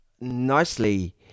nicely